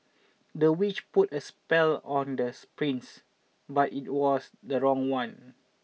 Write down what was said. the witch put a spell on the prince but it was the wrong one